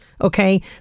Okay